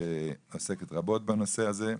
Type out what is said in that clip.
שמתעסקת רבות בנושא הזה.